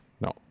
No